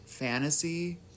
fantasy